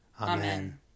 Amen